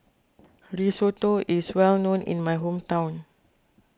Risotto is well known in my hometown